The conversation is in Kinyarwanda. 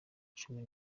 cumi